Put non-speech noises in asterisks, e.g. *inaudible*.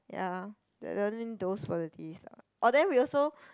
ya *noise* those were the days lah orh then we also